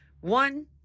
One